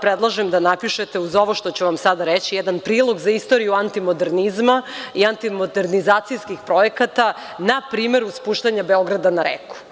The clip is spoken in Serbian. Predlažem vam da napišete, uz ovo što ću vam sada reći, jedan prilog za istoriju antimodernizma i antimodernizacijskih projekata na primeru spuštanja Beograda na reku.